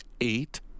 eight